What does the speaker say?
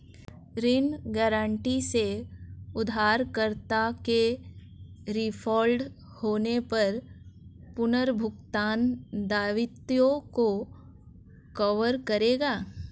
ऋण गारंटी से उधारकर्ता के डिफ़ॉल्ट होने पर पुनर्भुगतान दायित्वों को कवर करेगा